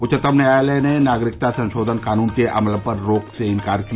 उच्चतम न्यायालय ने नागरिकता संशोधन कानून के अमल पर रोक से इंकार किया